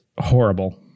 horrible